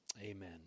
Amen